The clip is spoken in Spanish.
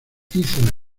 hízola